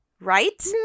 Right